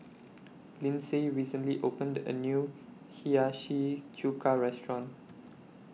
Lynsey recently opened A New Hiyashi Chuka Restaurant